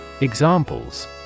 Examples